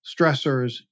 stressors